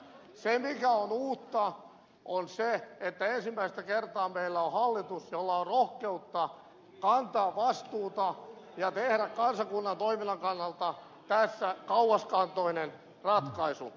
se mikä on uutta on se että ensimmäistä kertaa meillä on hallitus jolla on rohkeutta kantaa vastuuta ja tehdä kansakunnan toiminnan kannalta tässä kauaskantoinen ratkaisu